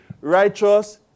righteous